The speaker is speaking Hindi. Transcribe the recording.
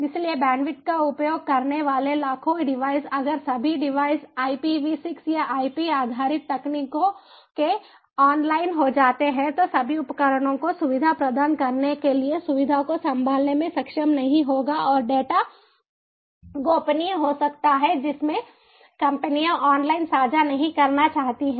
इसलिए बैंडविड्थ का उपभोग करने वाले लाखों डिवाइस अगर सभी डिवाइस IPv6 या IP आधारित तकनीकों के ऑनलाइन हो जाते हैं तो सभी उपकरणों को सुविधा प्रदान करने के लिए सुविधा को संभालने में सक्षम नहीं होगा और डेटा गोपनीय हो सकता है जिसमें कंपनियां ऑनलाइन साझा नहीं करना चाहती हैं